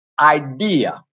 idea